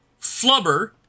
Flubber